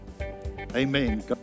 Amen